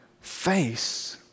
face